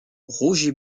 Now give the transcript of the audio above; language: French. roger